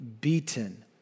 beaten